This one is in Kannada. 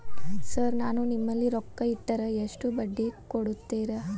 ಸರ್ ನಾನು ನಿಮ್ಮಲ್ಲಿ ರೊಕ್ಕ ಇಟ್ಟರ ಎಷ್ಟು ಬಡ್ಡಿ ಕೊಡುತೇರಾ?